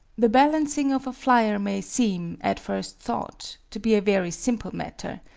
the balancing of a flyer may seem, at first thought, to be a very simple matter,